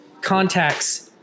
contacts